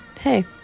hey